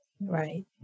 right